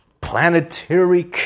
Planetary